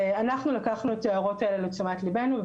ואנחנו לקחנו את ההערות האלה לתשומת לבנו,